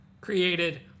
created